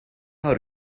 how